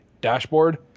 dashboard